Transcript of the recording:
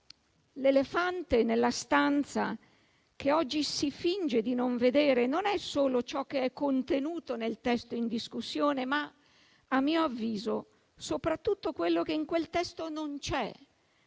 l'elefante nella stanza che oggi si finge di non vedere non è solo ciò che è contenuto nel testo in discussione, ma a mio avviso soprattutto quello che in quel testo non c'è,